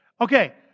okay